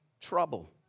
trouble